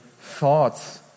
thoughts